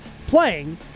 playing